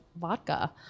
vodka